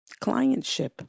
Clientship